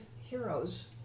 heroes